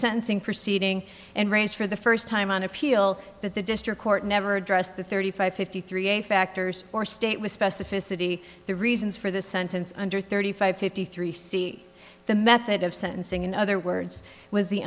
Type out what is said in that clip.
sensing proceeding and raised for the first time on appeal that the district court never addressed the thirty five fifty three a factors or state with specificity the reasons for the sentence under thirty five fifty three c the method of sentencing in other words was the